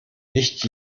nicht